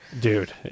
Dude